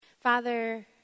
Father